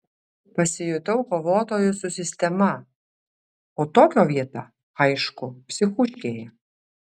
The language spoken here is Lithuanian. pasijutau kovotoju su sistema o tokio vieta aišku psichuškėje